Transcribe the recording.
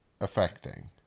affecting